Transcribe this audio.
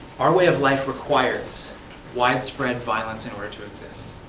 our way of life requires widespread violence in order to exist.